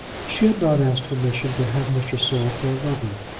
she had not asked permission to have mr. saul for a lover.